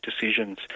decisions